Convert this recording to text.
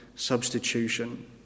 substitution